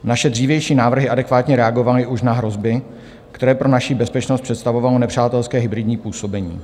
Naše dřívější návrhy adekvátně reagovaly už na hrozby, které pro naši bezpečnost představovalo nepřátelské hybridní působení.